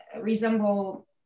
resemble